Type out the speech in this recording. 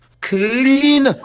clean